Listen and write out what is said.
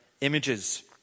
images